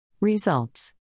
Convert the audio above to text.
Results